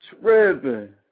tripping